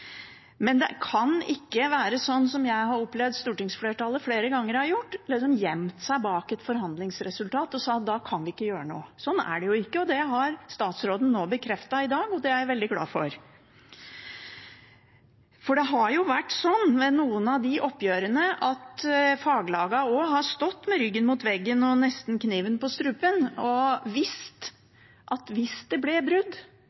men det kan ikke være sånn som jeg har opplevd at stortingsflertallet flere ganger har gjort, at de har gjemt seg bak et forhandlingsresultat og sagt at da kan de ikke gjøre noe. Sånn er det jo ikke. Det har statsråden bekreftet nå i dag, og det er jeg veldig glad for. Det har vært sånn ved noen av oppgjørene at faglagene har stått med ryggen mot veggen og nesten med kniven på strupen og visst at hvis det ble brudd,